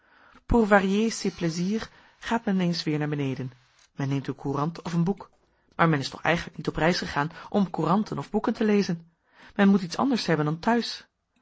pour varier ses plaisirs gaat men eens weer naar beneden men neemt een courant of een boek maar men is toch eigenlijk niet op reis gegaan om couranten of boeken te lezen men moet iets anders hebben dan thuis